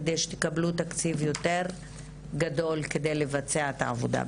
כדי שתקבלו תקציב יותר גדול כדי לבצע את העבודה.